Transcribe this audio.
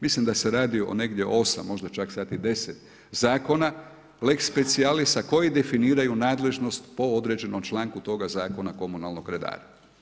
Mislim da se radi o negdje 8, možda čak sad i 10 zakona lex specialisa koji definiraju nadležnost po određenom članku toga zakona komunalnog redara.